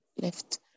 left